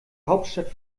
hauptstadt